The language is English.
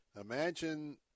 Imagine